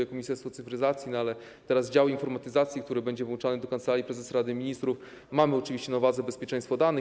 Jako Ministerstwo Cyfryzacji, a teraz dział informatyzacji, który będzie włączany do Kancelarii Prezesa Rady Ministrów, mamy oczywiście na uwadze bezpieczeństwo danych.